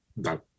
No